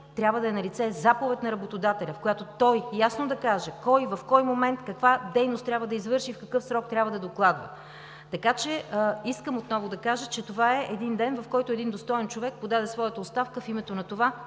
трябва да е налице заповед на работодателя, в която той ясно да каже кой в кой момент каква дейност трябва да извърши и в какъв срок трябва да докладва. Искам отново да кажа, че това е ден, в който един достоен човек подаде своята оставка в името на това